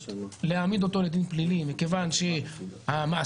להעמיד אותו לדין פלילי מכיוון שהמעשים,